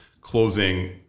closing